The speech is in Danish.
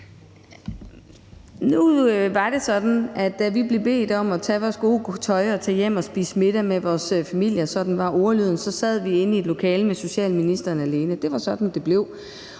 Nu var det sådan, at da vi blev bedt om at tage vores gode tøj og tage hjem og spise middag med vores familier – sådan var ordlyden – så sad vi inde i et lokale med socialministeren alene; det var sådan, det blev.